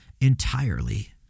entirely